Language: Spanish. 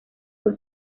fue